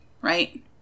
right